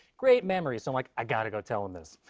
great memories. so i'm like, i got to go tell him this.